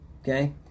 Okay